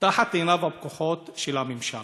תחת עיניו הפקוחות של הממשל.